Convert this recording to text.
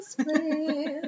please